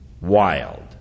wild